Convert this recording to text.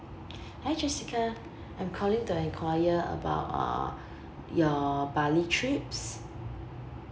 hi jessica I'm calling to enquire about uh your bali trips